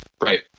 Right